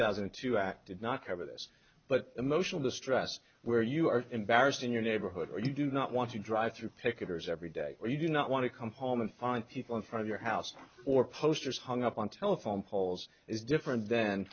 thousand and two acted not cover this but emotional distress where you are embarrassed in your neighborhood or you do not want to drive through picketers every day or you do not want to come home and find people in part of your house or posters hung up on telephone poles is different th